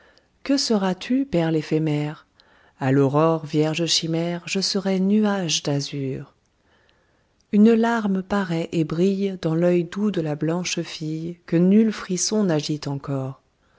que seras-tu perle éphémère a l'aurore vierge chimère je serai nuage d'azur une larme paraît et brille dans l'oeil doux de la blanche fille que nul frisson n'agite encor